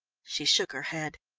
she shook her head.